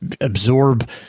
absorb